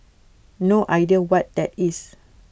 no idea what that is